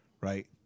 Right